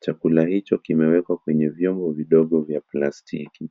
Chakula hicho kimewekwa kwenye vyombo vidogo vya plastiki.